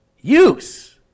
use